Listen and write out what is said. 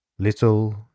Little